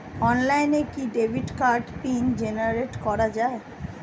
অনলাইনে কি ডেবিট কার্ডের পিন জেনারেট করা যায়?